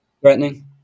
threatening